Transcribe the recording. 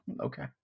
Okay